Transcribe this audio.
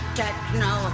techno